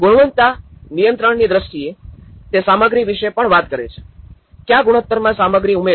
ગુણવત્તા નિયંત્રણની દ્રષ્ટિએ તે સામગ્રી વિશે પણ વાત કરે છે કયા ગુણોત્તરોમાં સામગ્રી ઉમેરવી